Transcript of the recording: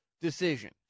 decision